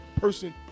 person